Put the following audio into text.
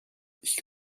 ich